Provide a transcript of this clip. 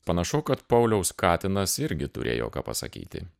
panašu kad pauliaus katinas irgi turėjo ką pasakyti